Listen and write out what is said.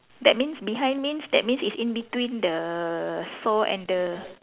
that means behind means that means it's in between the saw and the